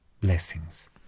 Blessings